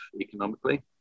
economically